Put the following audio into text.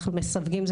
אנחנו מסווגים.